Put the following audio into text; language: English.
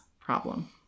problem